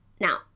Now